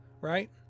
right